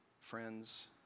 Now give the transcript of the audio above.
friends